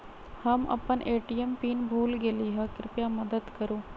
हम अपन ATM pin भूल गेली ह, कृपया मदत करू